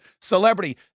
celebrity